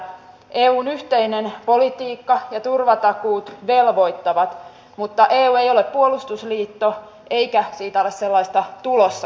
eun yhteinen politiikka ja turvatakuut velvoittavat mutta eu ei ole puolustusliitto eikä siitä ole sellaista tulossakaan